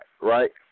right